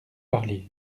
parliez